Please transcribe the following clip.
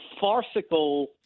farcical